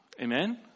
Amen